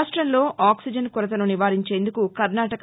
రాష్ట్రంలో ఆక్సిజన్ కొరతను నివారించేందుకు కర్ణాటక